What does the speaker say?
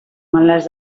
males